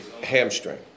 hamstring